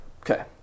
Okay